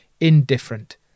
indifferent